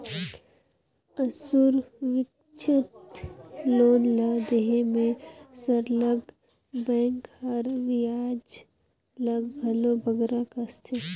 असुरक्छित लोन ल देहे में सरलग बेंक हर बियाज ल घलो बगरा कसथे